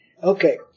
Okay